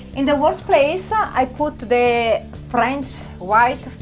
in the worst place i i put the french white.